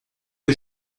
que